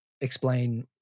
explain